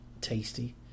tasty